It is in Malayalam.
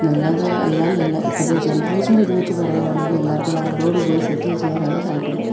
നല്ലതല്ലെന്നല്ല ഇപ്പോഴത്തെ ജനറേഷൻ്റെ ഇത് വെച്ച് പറയുകയാണെങ്കില് എല്ലാവർക്കും എബ്രോഡ് പോയി സെറ്റിൽ ചെയ്യാനാണ് താല്പര്യം